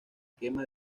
quema